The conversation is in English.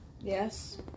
Yes